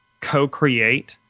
co-create